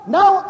now